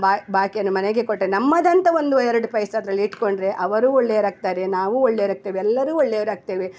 ಬಾಯಿ ಬಾಕಿಯನ್ನ ಮನೆಗೆ ಕೊಟ್ಟೆ ನಮ್ಮದಂತ ಒಂದು ಎರಡು ಪೈಸ ಅದ್ರಲ್ಲಿ ಇಟ್ಕೊಂಡ್ರೆ ಅವರೂ ಒಳ್ಳೆಯವರಾಗ್ತಾರೆ ನಾವೂ ಒಳ್ಳೆಯವರಾಗ್ತೇವೆ ಎಲ್ಲರೂ ಒಳ್ಳೆಯವರಾಗ್ತೇವೆ